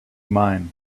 mine